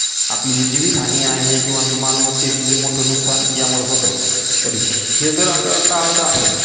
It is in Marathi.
आपली जी जीवितहानी आहे किंवा जी मालमत्तेची जे मोठं नुकसान यामुळं होतं तर हे जर आपल्याला टाळायचं असेन